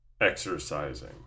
exercising